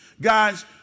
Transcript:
Guys